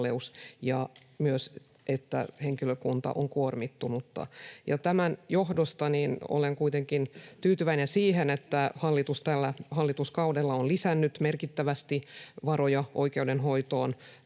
ja myös se, että henkilökunta on kuormittunutta. Tämän johdosta olen kuitenkin tyytyväinen siihen, että hallitus tällä hallituskaudella on lisännyt merkittävästi varoja oikeudenhoitoon,